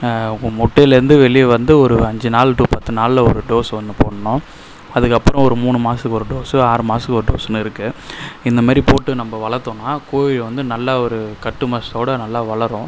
முட்டைலந்து வெளியே வந்து ஒரு அஞ்சுநாள் டூ பத்து நாளில் ஒரு டோசு ஒன்று போடனும் அதற்கப்றோம் ஒரு மூணு மாதத்துக்கு ஒரு டோசு ஆறு மாசத்துக்கு ஒரு டோசுனுருக்கு இந்த மேரி போட்டு நம்ப வளர்த்தோன்னா கோழி வந்து நல்லா ஒரு கட்டுமஸ்த்தோட நல்லா வளரும்